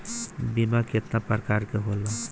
बीमा केतना प्रकार के होला?